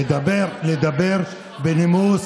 לדבר בנימוס.